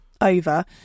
over